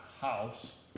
house